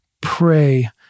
pray